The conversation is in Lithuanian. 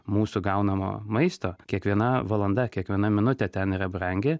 mūsų gaunamo maisto kiekviena valanda kiekviena minutė ten yra brangi